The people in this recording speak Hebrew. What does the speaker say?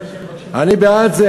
אני בעד זה,